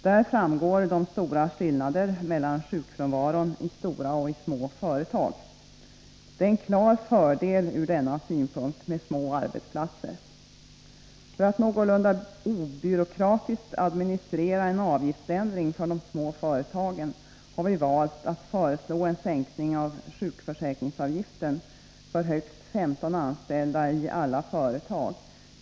Där framgår de stora skillnaderna mellan sjukfrånvaron i stora och i små företag. Det är en klar fördel ur denna synpunkt med små arbetsplatser. För att någorlunda obyråkratiskt administrera en avgiftsändring för de små företagen har vi valt att föreslå en sänkning av sjukförsäkringsavgiften med 5 procentenheter för högst 15 anställda i alla företag.